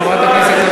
חבר הכנסת שלח,